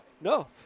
No